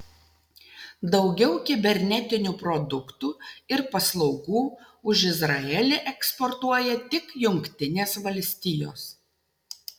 daugiau kibernetinių produktų ir paslaugų už izraelį eksportuoja tik jungtinės valstijos